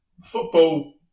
football